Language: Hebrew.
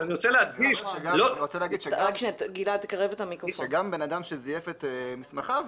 אני רוצה להגיד שגם בן אדם שזייף את מסמכיו,